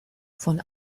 von